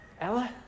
Ella